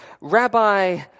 Rabbi